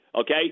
Okay